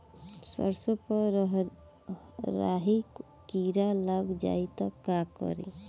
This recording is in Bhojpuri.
सरसो पर राही किरा लाग जाई त का करी?